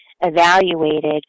evaluated